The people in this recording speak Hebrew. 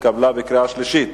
התקבלה בקריאה שלישית.